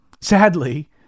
Sadly